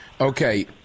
Okay